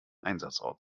einsatzort